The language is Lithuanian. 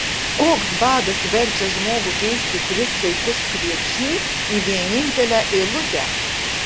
koks badas verčia žmogų keisti tris saikus kviečių į vienintelę eilutę